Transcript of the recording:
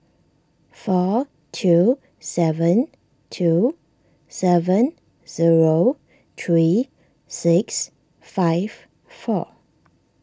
four two seven two seven zero three six five four